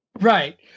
Right